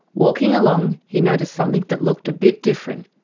walking along, he noticed something that looked a bit different,